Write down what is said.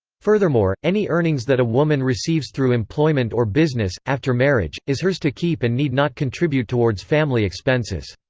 furthermore, any earnings that a woman receives through employment or business, after marriage, is hers to keep and need not contribute towards family expenses.